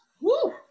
Woo